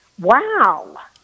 Wow